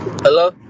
Hello